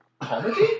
Comedy